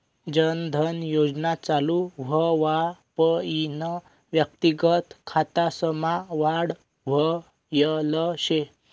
जन धन योजना चालू व्हवापईन व्यक्तिगत खातासमा वाढ व्हयल शे